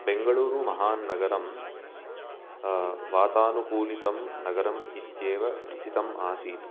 बेङ्गलूरुमहान्नगरं वातानुकुलितं नगरम् इत्येव पृथितम् आसीत्